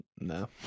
No